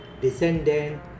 descendant